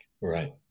Right